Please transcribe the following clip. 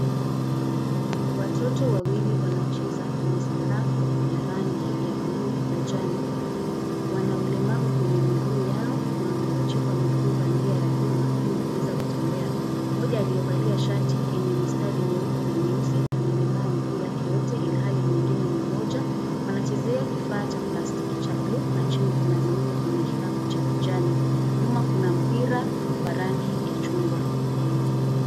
Watoto wawili wanacheza kwenye sakafu ya rangi ya bluu na njano, wana ulemavu kwenye miguu yao na wamepachikwa miguu bandia ya vyuma ilikuweza kutembea, mmoja aliyevalia shati yenye mistari nyeupe na nyeusi, amelemaa miguu yake yote ilhali mwingine ni mmoja, wanachezea kifaa cha plastiki cha bluu na kuna zingine kwa kikapu cha kijani, nyuma kuna mpira, wa rangi ya chungwa.